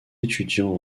étudiants